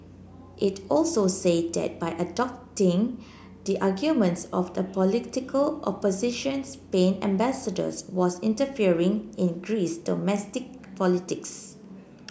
it also said that by adopting the arguments of the political opposition Spain ambassadors was interfering in Greece's domestic politics